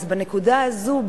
אז בנקודה הזאת,